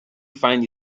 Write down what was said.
find